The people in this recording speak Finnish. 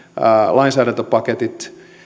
lainsäädäntöpaketit